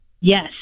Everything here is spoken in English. Yes